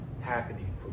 happening